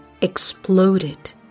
exploded